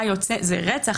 זה רצח,